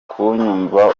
kuyumva